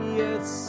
yes